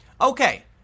Okay